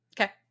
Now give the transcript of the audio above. Okay